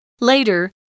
Later